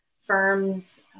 firms